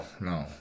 no